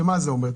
שמה זה אומר?